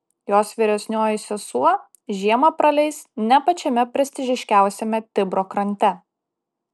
jos vyresnioji sesuo žiemą praleis ne pačiame prestižiškiausiame tibro krante